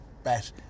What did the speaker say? bet